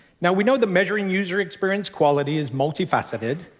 now we know that measuring user experience quality is multifaceted,